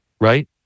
right